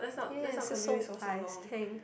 yes that's so